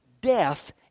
death